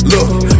Look